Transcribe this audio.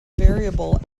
variable